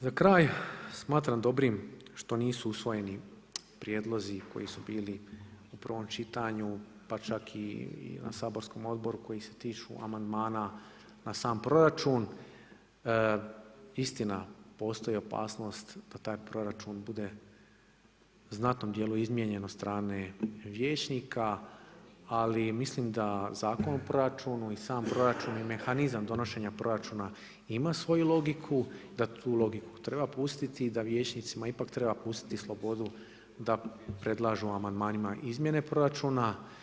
Za kraj smatram dobrim što nisu usvojeni prijedlozi koji su bili u prvom čitanju pa čak i na saborskom odboru koji se tiču amandmana na sam proračun. istina, postoji opasnost da taj proračun bude u znatnom djelu izmijenjen od strane vijećnika ali mislim da zakon o proračunu i sam proračun i mehanizam donošenja proračuna ima svoju logiku, da tu logiku treba pustiti i da vijećnicima ipak treba pustiti slobodu da predlažu amandmanima izmjene proračuna.